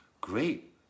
Great